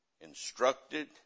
instructed